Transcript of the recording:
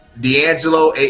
D'Angelo